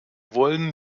wollen